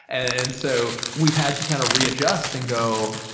and so we've had to kind of readjust and go,